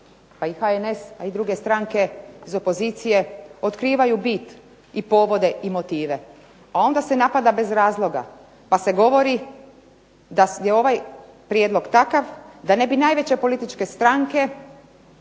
pa i HNS i druge stranke iz opozicije, otkrivaju biti i povode i motive. A onda se napada bez razloga pa se govori da je ovaj prijedlog takav da ne bi najveće političke stranke